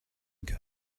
ago